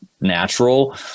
natural